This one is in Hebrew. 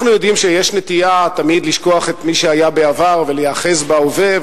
אנחנו יודעים שיש תמיד נטייה לשכוח את מי שהיה בעבר ולהיאחז בהווה,